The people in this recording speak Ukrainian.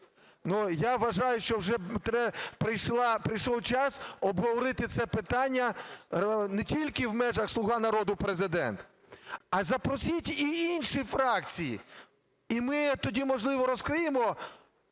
Я вважаю, що вже прийшов час обговорити це питання не тільки в межах "Слуга народу" - Президент, а запросіть і інші фракції. І ми тоді, можливо, розкриємо